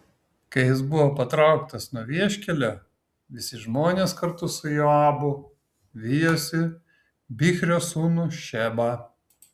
kai jis buvo patrauktas nuo vieškelio visi žmonės kartu su joabu vijosi bichrio sūnų šebą